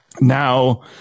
Now